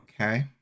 Okay